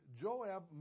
Joab